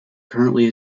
currently